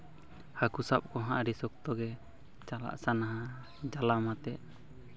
ᱦᱟᱹᱠᱩ ᱥᱟᱵ ᱠᱚᱦᱚᱸ ᱟᱹᱰᱤ ᱥᱚᱠᱛᱚ ᱜᱮ ᱪᱟᱞᱟᱜ ᱥᱟᱱᱟᱣᱟ ᱡᱟᱞᱟᱢ ᱟᱛᱮᱫ